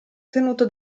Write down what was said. tenuto